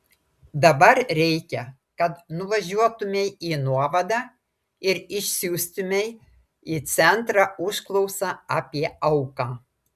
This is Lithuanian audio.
dabar reikia kad nuvažiuotumei į nuovadą ir išsiųstumei į centrą užklausą apie auką